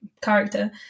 character